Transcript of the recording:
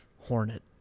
Hornet